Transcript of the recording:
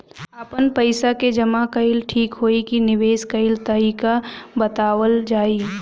आपन पइसा के जमा कइल ठीक होई की निवेस कइल तइका बतावल जाई?